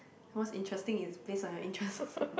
once interesting is based on your interests